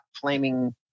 flaming